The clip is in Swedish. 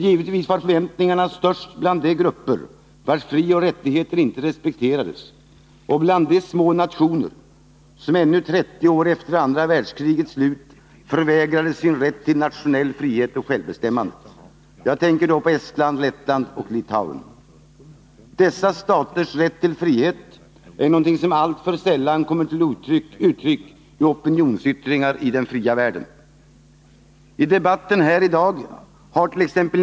Givetvis var förväntningarna störst bland de grupper vilkas frioch rättigheter inte respekterades och bland de små nationer som ännu 30 år efter andra världskrigets slut förvägrades sin rätt till nationell frihet och självbestämmande. Jag tänker då på Estland, Lettland och Litauen. Dessa staters rätt till frihet är någonting som alltför sällan kommer till uttryck i opinionsyttringar i den fria världen. I debatten här i dag hart.ex.